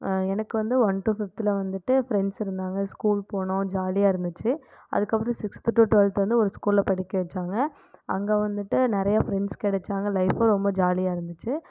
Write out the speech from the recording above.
எனக்கு வந்து one to ஃபிஃப்த்தில் வந்துவிட்டு ஃப்ரண்ட்ஸ் இருந்தாங்க ஸ்கூல் போனோம் ஜாலியாக இருந்துச்சு அதுக்கப்றம் சிக்ஸ்த் டு ட்வல்த் வந்து ஒரு ஸ்கூலில் படிக்க வெச்சாங்க அங்கே வந்துவிட்டு நிறையா ஃபிரெண்ட்ஸ் கெடைச்சாங்க லைஃப்பும் ரொம்ப ஜாலியாக இருந்துச்சு